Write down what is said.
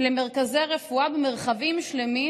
למרכזי רפואה במרחבים שלמים,